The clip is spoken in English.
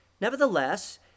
Nevertheless